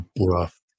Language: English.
rough